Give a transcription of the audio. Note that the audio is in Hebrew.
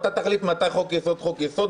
אתה תחליט מתי חוק יסוד הוא חוק יסוד,